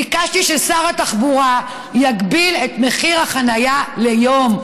ביקשתי ששר התחבורה יגביל את מחיר החניה ליום.